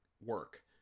work